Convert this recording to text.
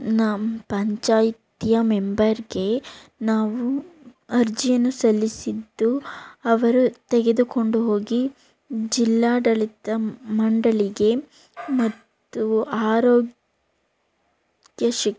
ನಮ್ಮ ಪಂಚಾಯಿತಿಯ ಮೆಂಬರಿಗೆ ನಾವು ಅರ್ಜಿಯನ್ನು ಸಲ್ಲಿಸಿದ್ದು ಅವರು ತೆಗೆದುಕೊಂಡು ಹೋಗಿ ಜಿಲ್ಲಾಡಳಿತ ಮಂಡಳಿಗೆ ಮತ್ತು ಆರೋಗ್ಯ ಶಿ